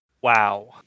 Wow